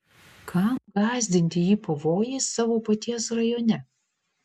kam gąsdinti jį pavojais savo paties rajone